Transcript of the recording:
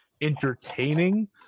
entertaining